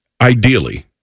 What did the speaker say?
ideally